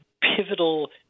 pivotal